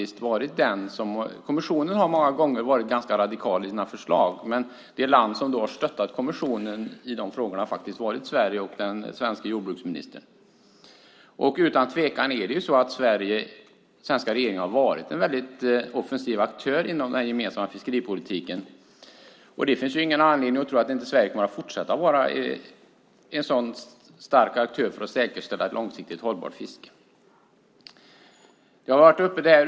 Kommissionen har många gånger varit ganska radikal i sina förslag, och det land som då stöttat kommissionen har varit Sverige och den svenska jordbruksministern. Utan tvekan har den svenska regeringen varit en mycket offensiv aktör i den gemensamma fiskeripolitiken, och det finns ingen anledning att tro att inte Sverige kommer att fortsätta att vara en stark aktör för att säkerställa ett långsiktigt hållbart fiske.